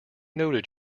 noted